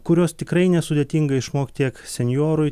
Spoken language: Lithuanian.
kurios tikrai nesudėtinga išmokt tiek senjorui